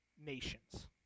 nations